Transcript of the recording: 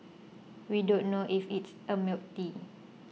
we don't know if it's a milk tea